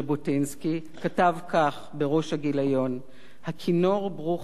כתב כך בראש הגיליון: "הכינור ברוך הכישרון,